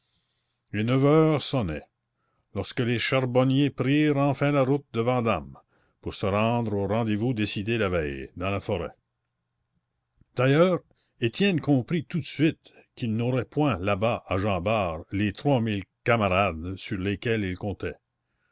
et neuf heures sonnaient lorsque les charbonniers prirent enfin la route de vandame pour se rendre au rendez-vous décidé la veille dans la forêt d'ailleurs étienne comprit tout de suite qu'il n'aurait point là-bas à jean bart les trois mille camarades sur lesquels il comptait